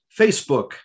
Facebook